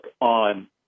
on